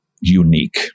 unique